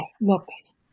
looks